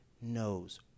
knows